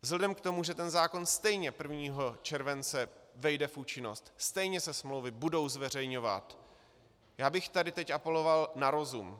Vzhledem k tomu, že ten zákon stejně 1. července vejde v účinnost, stejně se smlouvy budou zveřejňovat, já bych tady teď apeloval na rozum.